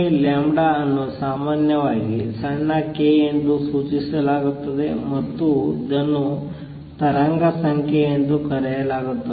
2πλ ಅನ್ನು ಸಾಮಾನ್ಯವಾಗಿ ಸಣ್ಣ k ಎಂದು ಸೂಚಿಸಲಾಗುತ್ತದೆ ಮತ್ತು ಇದನ್ನು ತರಂಗ ಸಂಖ್ಯೆ ಎಂದು ಕರೆಯಲಾಗುತ್ತದೆ